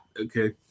Okay